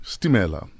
Stimela